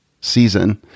season